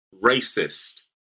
racist